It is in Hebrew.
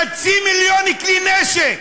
חצי מיליון כלי נשק.